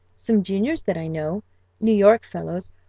some juniors that i know new york fellows,